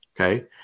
Okay